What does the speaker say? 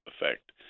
effect